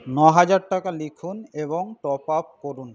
নহাজার টাকা লিখুন এবং টপ আপ করুন